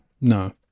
No